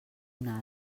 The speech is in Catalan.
una